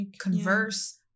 converse